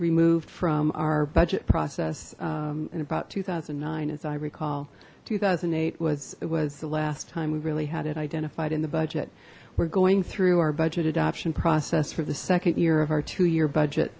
removed from our budget process in about two thousand and nine as i recall two thousand and eight was was the last time we really had it identified in the budget we're going through our budget adoption process for the second year of our two year budget